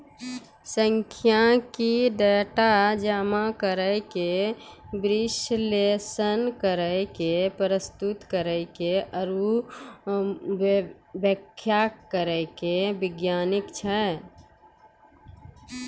सांख्यिकी, डेटा जमा करै के, विश्लेषण करै के, प्रस्तुत करै के आरु व्याख्या करै के विज्ञान छै